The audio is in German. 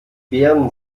beeren